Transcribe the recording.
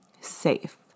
safe